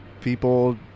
people